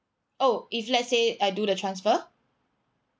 oh if let's say I do the transfer